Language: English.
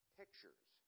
pictures